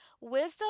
Wisdom